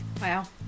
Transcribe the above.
Wow